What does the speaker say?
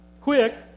Quick